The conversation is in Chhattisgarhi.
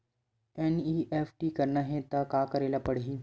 एन.ई.एफ.टी करना हे त का करे ल पड़हि?